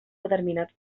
determinat